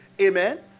Amen